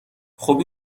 خوب